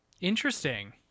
Interesting